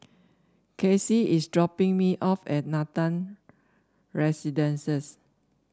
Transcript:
Kacie is dropping me off at Nathan Residences